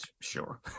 sure